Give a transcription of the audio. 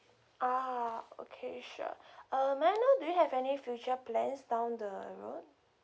ah okay sure uh may I know do you have any future plans down the road